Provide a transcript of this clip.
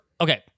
Okay